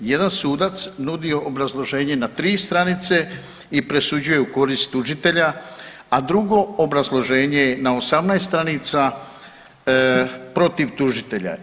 Jedan sudac nudio obrazloženje na 3 stranice i presuđuje u korist tužitelja, a drugo obrazloženje na 18 stranica, protiv tužitelja.